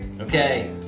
Okay